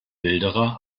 wilderer